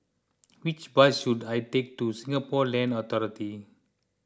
which bus should I take to Singapore Land Authority